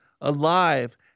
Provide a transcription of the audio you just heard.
alive